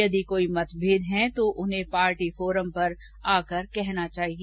यदि कोई मतभेद हैं तो उन्हें पार्टी फोरम पर आकर कहना चाहिए